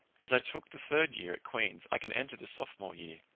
as i took the third year at queen's i can enter the sophomore year.